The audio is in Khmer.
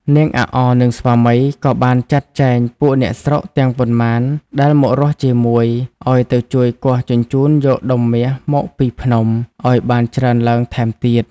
នាងអាក់អ និង ស្វាមី ក៏បានចាត់ចែង ពួកអ្នកស្រុកទាំងប៉ុន្មាន ដែលមករស់ជាមួយ ឲ្យទៅជួយគាស់ជញ្ជូនយកដុំមាសមកពីភ្នំ ឲ្យបានច្រើនឡើងថែមទៀត។